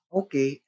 okay